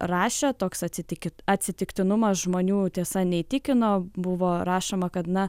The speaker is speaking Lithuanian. rašė toks atsitiki atsitiktinumas žmonių tiesa neįtikino buvo rašoma kad na